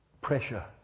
Pressure